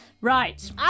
Right